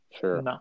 Sure